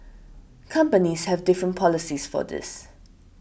companies have different policies for this